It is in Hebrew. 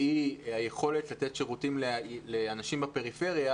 והיא היכולת לתת שירותים לאנשים בפריפריה,